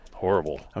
Horrible